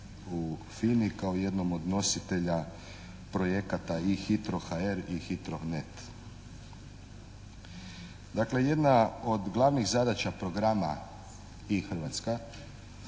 u FINA-i kao jednom od nositelja projekata i HITRO HR i HITRO NET. Dakle jedna od glavnih zadaća programa e-Hrvatska